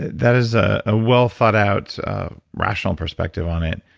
that is a well-thought out, rational perspective on it.